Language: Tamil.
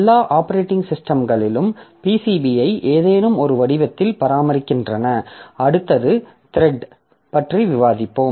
எல்லா ஆப்பரேட்டிங் சிஸ்டம்களும் PCBயை ஏதேனும் ஒரு வடிவத்தில் பராமரிக்கின்றன அடுத்தது த்ரெட் பற்றி விவாதிப்போம்